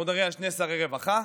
אנחנו מדברים על שני שרי רווחה.